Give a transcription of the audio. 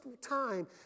time